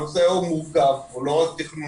הנושא הוא מורכב, הוא לא רק תכנוני.